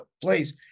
place